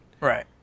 Right